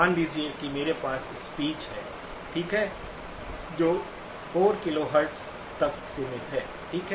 मान लीजिए कि मेरे पास स्पीच है ठीक है जो 4 किलो हेर्त्ज़ तक सीमित है ठीक है